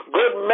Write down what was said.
good